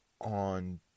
on